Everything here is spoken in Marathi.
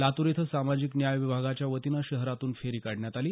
लातूर इथं सामाजिक न्याय विभागाच्या वतीनं शहरातून फेरी काढण्यात आली